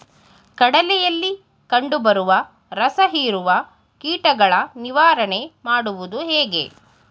ಕಡಲೆಯಲ್ಲಿ ಕಂಡುಬರುವ ರಸಹೀರುವ ಕೀಟಗಳ ನಿವಾರಣೆ ಮಾಡುವುದು ಹೇಗೆ?